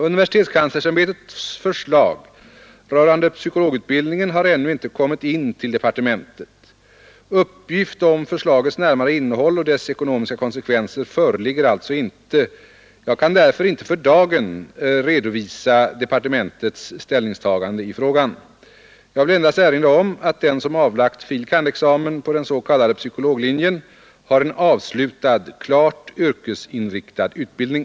Universitetskanslersämbetets förslag rörande psykologutbildningen haz ännu inte kommit in till departementet. Uppgift om förslagets närmare innehåll och dess ekonomiska konsekvenser föreligger alltså inte. Jag kan därför, för dagen, inte redovisa departementets ställningstagande i frågan. Jag vill endast erinra om att den som avlagt filosofie kandidatexamen på den s.k. psykologlinjen har en avslutad, klart yrkesinriktad utbildning.